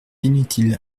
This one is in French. inutile